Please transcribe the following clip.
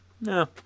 No